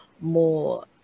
more